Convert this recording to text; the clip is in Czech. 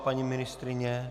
Paní ministryně?